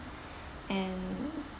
and